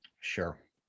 Sure